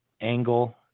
angle